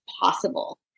possible